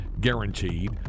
guaranteed